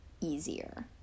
easier